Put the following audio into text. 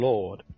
Lord